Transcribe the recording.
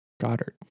Goddard